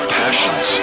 passions